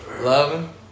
Loving